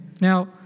Now